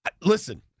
Listen